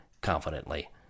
confidently